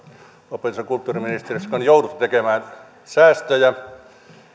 opetus ja kulttuuriministeriössä on jouduttu tekemään säästöjä